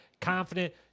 confident